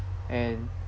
and